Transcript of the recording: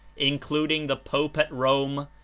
in cluding the pope at rome,